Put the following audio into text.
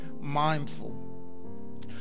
mindful